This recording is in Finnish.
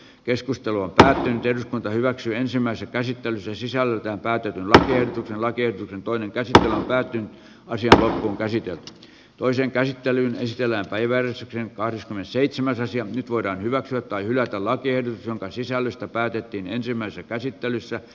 keskustelua tähtien hyväksi ensimmäisen käsittelyn se sisältää pääty tähän hakee toinen kestää kaikki naisia käsityöt toiseen käsittelyyn esitellään päivän kahdeskymmenesseitsemäs ja nyt voidaan hyväksyä tai hylätä lakiehdotus jonka sisällöstä päätettiin ensimmäisessä käsittelyssä